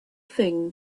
thing